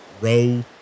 row